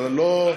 אתה לא,